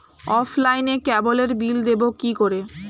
অফলাইনে ক্যাবলের বিল দেবো কি করে?